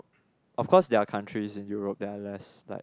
of course there are countries in Europe there are less like